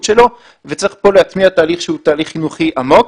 שלו וכאן צריך להטמיע תהליך שהוא תהליך חינוכי עמוק.